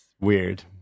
weird